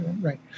right